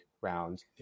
round